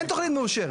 אין תכנית מאושרת.